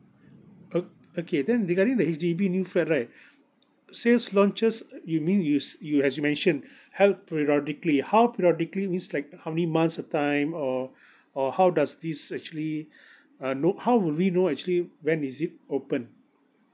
oh okay then regarding the H_D_B new flat right sales launches uh you mean you s~ you as you mentioned held periodically held periodically means like how many months a time or or how does this actually uh know how would we know actually when is it open